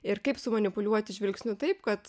ir kaip sumanipuliuoti žvilgsniu taip kad